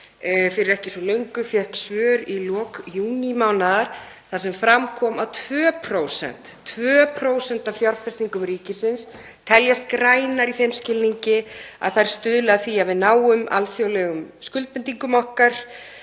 fyrir ekki svo löngu og fékk svör í lok júnímánaðar. Þar kom fram að 2% af fjárfestingum ríkisins teljist grænar í þeim skilningi að þær stuðli að því að við náum alþjóðlegum skuldbindingum okkar,